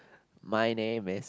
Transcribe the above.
my name is